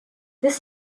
this